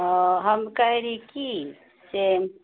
हम कहै रही कि से